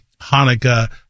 Hanukkah